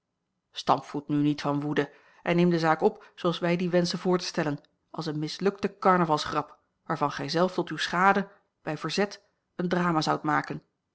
stampvoet nu niet van woede en neem de zaak op zooals wij die wenschen voor te stellen als eene mislukte carnavalsgrap waarvan gij zelf tot uwe schade bij verzet een drama zoudt maken